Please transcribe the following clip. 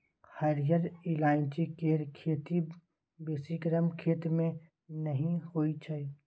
हरिहर ईलाइची केर खेती बेसी गरम खेत मे नहि होइ छै